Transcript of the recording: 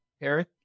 Eric